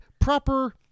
proper